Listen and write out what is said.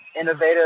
Innovative